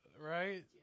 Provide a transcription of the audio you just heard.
Right